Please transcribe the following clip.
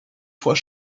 fois